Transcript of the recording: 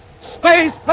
Space